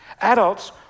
Adults